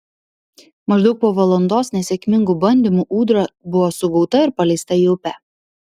maždaug po valandos nesėkmingų bandymų ūdra buvo sugauta ir paleista į upę